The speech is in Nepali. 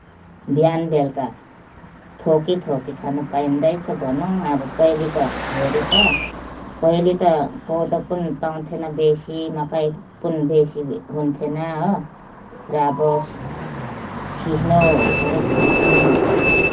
बिहान बेलुका थपीथपी खान पाइँदैछ भनौँ न पहिलेको हेरी त पहिले त कोदो पनि पाइँदेन थियो बेसी मकै पनि बेसी हुनेथिएन हो र अब सिस्नोहरू खान्थ्यौँ